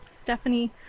stephanie